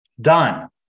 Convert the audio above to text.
Done